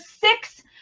six